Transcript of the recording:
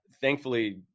thankfully